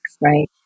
right